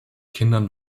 kindern